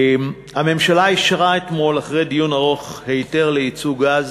הממשלה אישרה אתמול אחרי דיון ארוך היתר ליצוא גז,